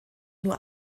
nur